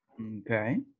Okay